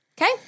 Okay